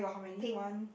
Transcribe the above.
pink